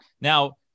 Now